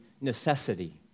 necessity